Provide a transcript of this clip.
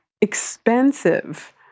expensive